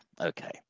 Okay